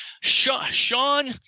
Sean